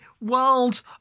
world